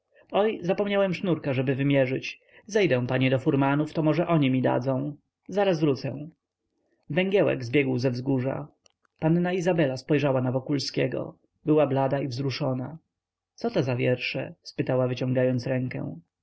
zapomniałem sznurka żeby wymierzyć zejdę panie do furmanów to może oni mi dadzą zaraz wrócę węgiełek zbiegł ze wzgórza panna izabela spojrzała na wokulskiego była blada i wzruszona coto za wiersze spytała wyciągając rękę